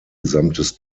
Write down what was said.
gesamtes